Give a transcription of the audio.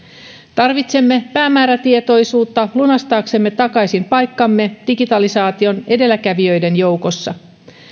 tarvitsemme päämäärätietoisuutta lunastaaksemme takaisin paikkamme digitalisaation edelläkävijöiden joukossa